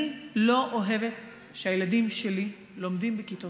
אני לא אוהבת שהילדים שלי לומדים בכיתות